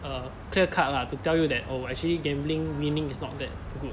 err clear cut lah to tell you that oh actually gambling winning is not that good